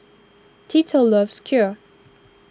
Tito loves Kheer